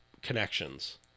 connections